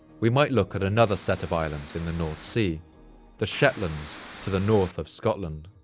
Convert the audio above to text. we might look at another set of islands in the north sea the shetlands to the north of scotland.